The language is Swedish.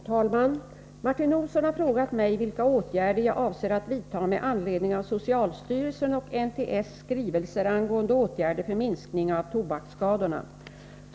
Herr talman! Martin Olsson har frågat mig vilka åtgärder jag avser att vidta med anledning av socialstyrelsens och NTS skrivelser angående åtgärder för minskning av tobaksskadorna.